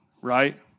right